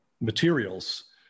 materials